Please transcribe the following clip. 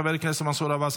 חבר הכנסת מנסור עבאס,